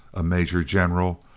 a major general,